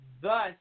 thus